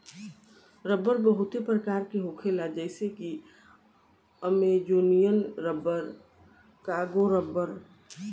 रबड़ बहुते प्रकार के होखेला जइसे कि अमेजोनियन रबर, कोंगो रबड़